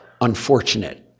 unfortunate